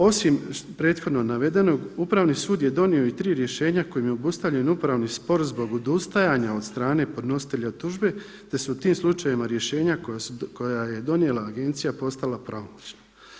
Osim prethodno navedenog upravni sud je donio i tri rješenja kojim je obustavljen upravni spor zbog odustajanja od strane podnositelja tužbe, te su u tim slučajevima rješenja koja je donijela agencija postala pravomoćna.